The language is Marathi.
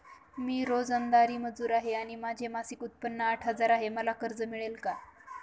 मी रोजंदारी मजूर आहे आणि माझे मासिक उत्त्पन्न आठ हजार आहे, मला कर्ज मिळेल का?